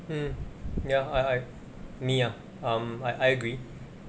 mm ya I I me ah um I I agree